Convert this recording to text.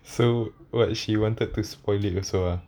so what she wanted to spoil it also ah